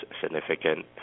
significant